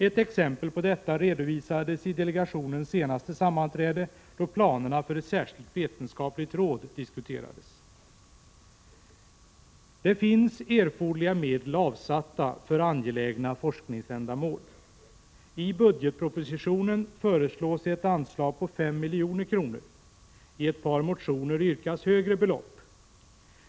Ett exempel på detta redovisades vid delegationens senaste sammanträde, då planerna för ett särskilt vetenskapligt råd diskuterades. Det finns erforderliga medel avsatta för angelägna forskningsändamål. I budgetpropositionen föreslås ett anslag på 5 milj.kr. I ett par motioner yrkas högre belopp.